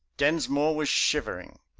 densmore was shivering.